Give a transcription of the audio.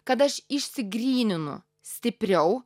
kad aš išsigryninu stipriau